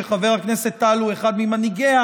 שחבר הכנסת טל הוא אחד ממנהיגיה,